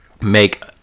make